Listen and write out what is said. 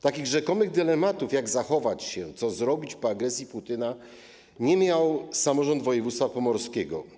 Takich rzekomych dylematów, jak zachować się, co zrobić po agresji Putina, nie miał samorząd województwa pomorskiego.